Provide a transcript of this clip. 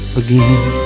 again